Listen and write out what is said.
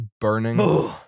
burning